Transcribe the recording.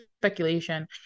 speculation